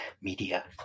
media